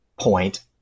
point